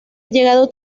llegado